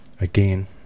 Again